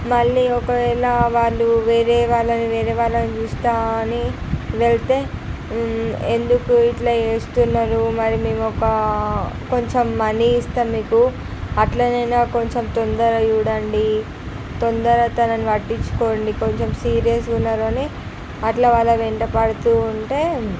మళ్ళీ ఒకవేళ వారు వేరే వాళ్ళని వేరే వాళ్ళని చూస్తా అని వెళ్తే ఎందుకు ఇట్లా చేస్తున్నారు మరి మేము ఒక కొంచెం మనీ ఇస్తాం మీకు అట్లనైనా కొంచెం తొందరగా చూడండి తొందర తనని పట్టించుకోండి కొంచెం సీరియస్ ఉన్నారు అని అట్లా వాళ్ళ వెంట పడుతూ ఉంటే